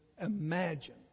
imagine